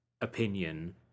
opinion